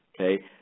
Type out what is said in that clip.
okay